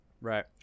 Right